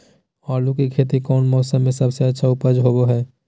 आलू की खेती कौन मौसम में सबसे अच्छा उपज होबो हय?